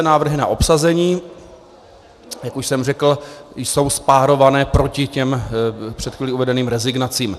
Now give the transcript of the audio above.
Návrhy na obsazení, jak už jsem řekl, jsou spárované proti těm před chvílí uvedeným rezignacím.